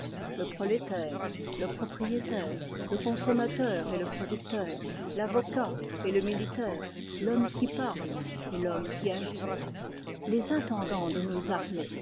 le prolétaire le propriétaire le consommateur et le producteur l'avocat et le militaire l'homme qui parle et l'homme qui agit les intendants de nos armées